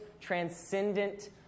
transcendent